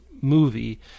movie